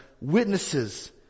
witnesses